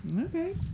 Okay